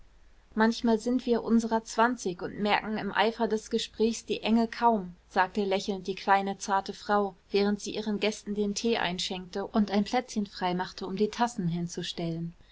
manchmal sind wir unserer zwanzig und merken im eifer des gesprächs die enge kaum sagte lächelnd die kleine zarte frau während sie ihren gästen den tee einschenkte und ein plätzchen frei machte um die tassen hinzustellen